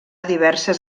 diverses